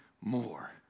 more